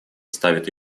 ставит